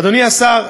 אדוני השר,